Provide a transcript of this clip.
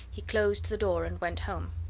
he closed the door and went home.